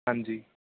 ਹਾਂਜੀ